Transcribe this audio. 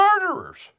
murderers